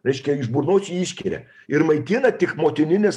reiškia iš burnos jį išskiria ir maitina tik motinines